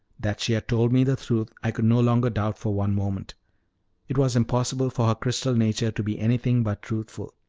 that she had told me the truth i could no longer doubt for one moment it was impossible for her crystal nature to be anything but truthful.